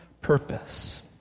purpose